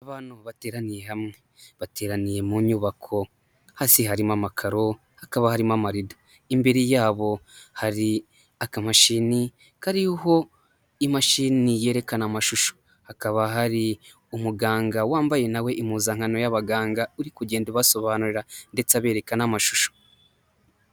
Abantu bateraniye hamwe bateraniye mu nyubako ,hasi harimo amakaro ,hakaba harimo amarindo ,imbere yabo hari akamashini kariho imashini yerekana amashusho ,hakaba hari umuganga wambaye nawe impuzankano y'abaganga uri kugenda ubasobanurira ndetse abereka n'amashusho.